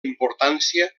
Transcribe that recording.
importància